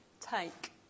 take